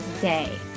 day